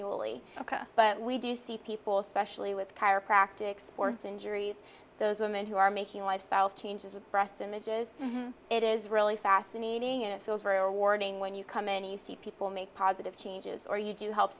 yulee ok but we do see people especially with chiropractic sports injuries those women who are making lifestyle changes with breast images it is really fascinating it feels very rewarding when you come in and see people make positive changes or you do help